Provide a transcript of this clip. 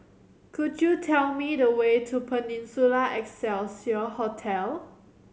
could you tell me the way to Peninsula Excelsior Hotel